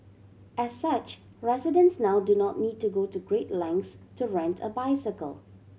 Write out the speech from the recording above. as such residents now do not need to go to great lengths to rent a bicycle